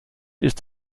ist